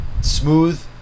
smooth